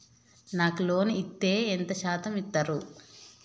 నాకు లోన్ ఇత్తే ఎంత శాతం ఇత్తరు?